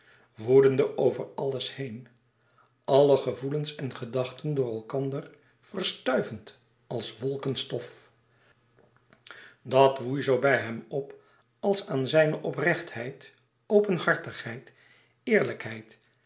woedende over alles heen alle gevoelens en gedachten door elkander verstuivend als wolken stof dat woei zoo bij hem op als aan zijne oprechtheid openhartigheid eerlijkheid